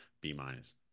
B-minus